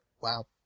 Wow